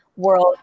world